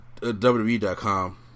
WWE.com